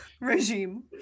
regime